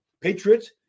Patriots